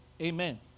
Amen